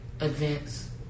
events